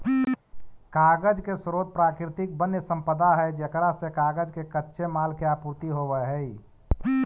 कागज के स्रोत प्राकृतिक वन्यसम्पदा है जेकरा से कागज के कच्चे माल के आपूर्ति होवऽ हई